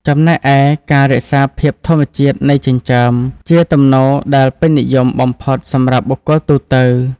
ចំណែកឯ ការរក្សាភាពធម្មជាតិនៃចិញ្ចើម ជាទំនោរដែលពេញនិយមបំផុតសម្រាប់បុគ្គលទូទៅ។